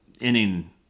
inning